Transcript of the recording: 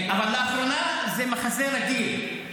אבל לאחרונה זה מחזה רגיל.